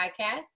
podcast